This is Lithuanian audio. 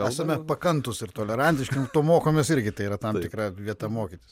esame pakantūs ir tolerantiški to mokomės irgi tai yra tam tikra vieta mokytis